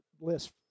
list